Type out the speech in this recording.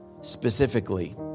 specifically